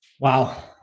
Wow